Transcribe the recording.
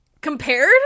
Compared